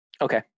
Okay